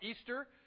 Easter